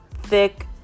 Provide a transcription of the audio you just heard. thick